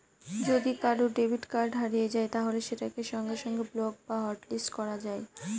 যদি কারুর debit card হারিয়ে যায় তাহলে সেটাকে সঙ্গে সঙ্গে ব্লক বা হটলিস্ট করা যায়